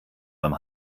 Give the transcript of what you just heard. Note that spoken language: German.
beim